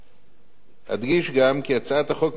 אדגיש גם כי הצעת החוק מבקשת לאסור על